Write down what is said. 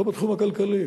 לא בתחום הכלכלי